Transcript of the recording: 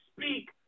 speak